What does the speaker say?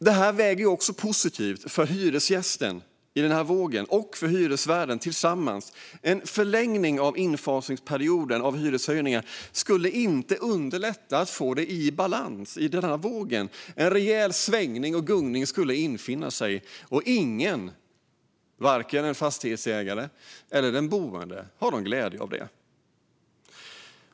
Detta väger också positivt för hyresgästen och hyresvärden tillsammans. En förlängning av infasningsperioden vid hyreshöjningar skulle inte underlätta att få vågen i balans. En rejäl svängning och gungning skulle infinna sig. Och ingen, varken fastighetsägaren eller den boende, har någon glädje av det.